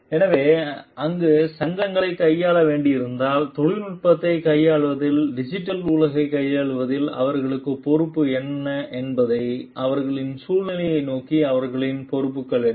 எனவே அங்கு சங்கடங்களைக் கையாள வேண்டியிருந்தால் தொழில்நுட்பத்தை கையாள்வதில் டிஜிட்டல் உலகைக் கையாள்வதில் அவர்களின் பொறுப்பு என்ன என்பதை அவர்களின் சூழலை நோக்கிய அவர்களின் பொறுப்புகள் என்ன